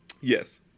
Yes